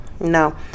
no